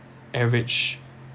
average